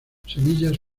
semillas